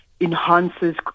enhances